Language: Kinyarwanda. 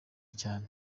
cyane